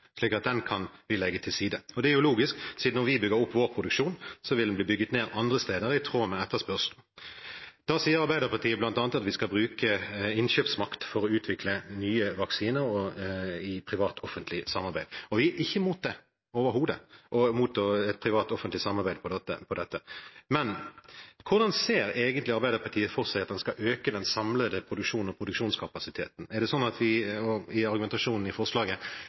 slik at den kan vi legge til side. Og det er jo logisk: Siden vi bygger opp vår produksjon, vil den bli bygget ned andre steder, i tråd med etterspørselen. Da sier Arbeiderpartiet bl.a. at vi skal bruke innkjøpsmakt for å utvikle nye vaksiner i et privat-offentlig samarbeid. Vi er ikke imot et privat-offentlig samarbeid om dette, overhodet ikke, men hvordan ser egentlig Arbeiderpartiet for seg at en skal øke den samlede produksjonen og produksjonskapasiteten, i argumentasjonen i forslaget? Er det slik at vi skal ha beredskapsbedrifter stående for å kunne ta produksjonen i